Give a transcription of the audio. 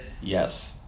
yes